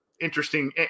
interesting –